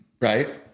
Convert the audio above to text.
right